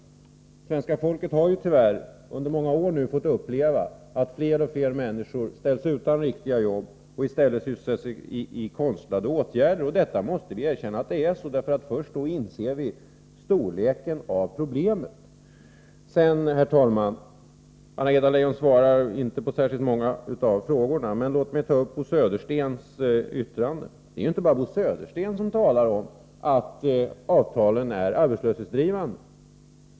Svenska folket har tyvärr under många år fått uppleva att fler och fler ställs utanför riktiga jobb och i stället ingår i konstlade åtgärder. Detta måste vi erkänna, för först då inser vi storleken av problemet. Herr talman! Anna-Greta Leijon svarar inte på särskilt många av frågorna. Låt mig ta upp Bo Söderstens yttrande. Det är inte bara Bo Södersten som säger att avtalen är arbetslöshetsdrivande.